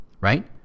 right